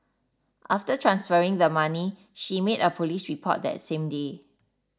after transferring the money she made a police report that same day